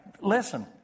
Listen